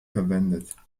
verwendet